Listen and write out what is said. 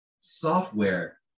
software